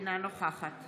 אינה נוכחת